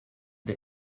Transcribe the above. der